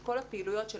את כל הפעילויות של